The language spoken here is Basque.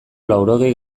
laurogei